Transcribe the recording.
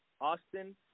Austin